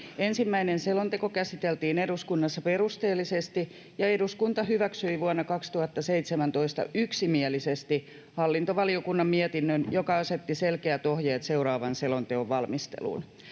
Ensimmäinen selonteko käsiteltiin eduskunnassa perusteellisesti, ja eduskunta hyväksyi vuonna 2017 yksimielisesti hallintovaliokunnan mietinnön, joka asetti selkeät ohjeet seuraavan selonteon valmisteluun.